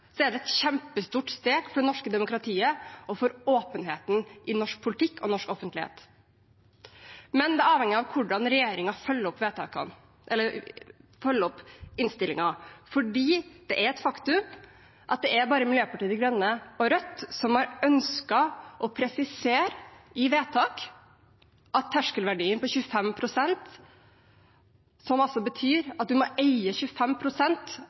er det et kjempestort steg for det norske demokratiet og for åpenheten i norsk politikk og norsk offentlighet. Men det avhenger av hvordan regjeringen følger opp innstillingen og vedtakene, for det er et faktum at det bare er Miljøpartiet De Grønne og Rødt som har ønsket å presisere i vedtak at terskelverdien på 25 pst. – som betyr at man må eie